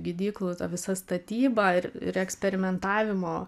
gydyklų ta visa statyba ir eksperimentavimo